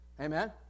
Amen